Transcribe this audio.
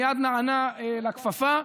הוא מייד נענה והרים את הכפפה,